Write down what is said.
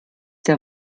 der